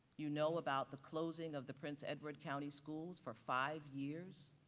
you know about the closing of the prince edward county schools for five years